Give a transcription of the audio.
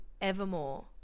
Evermore